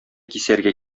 кисәргә